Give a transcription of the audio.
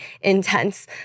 intense